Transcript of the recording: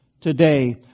today